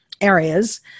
areas